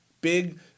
big